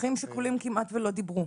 אחים שכולים כמעט ולא דיברו,